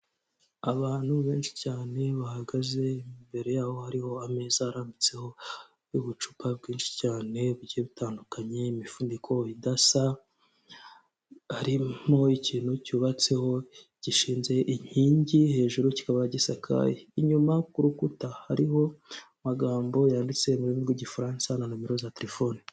Abantu benshi cyane bahagaze imbere yaho hariho ameza arambitseho ubucupa bwinshi cyane bugiye butandukanye, imifuniko idasa, hari ikintu cyubatseho gishinze inkingi hejuru kikaba gisakaye. Inyuma ku rukuta hariho amagambo yanditse mu rurimi rw'igifaransa na nomero za telefone.